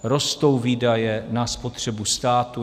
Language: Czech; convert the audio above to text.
Rostou výdaje na spotřebu státu.